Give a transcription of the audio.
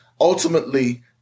ultimately